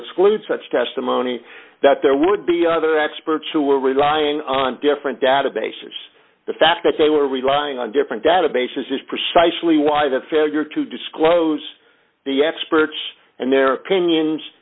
exclude such testimony that there would be other experts who were relying on different databases the fact that they were relying on different databases is precisely why the failure to disclose the experts and their opinions